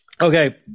okay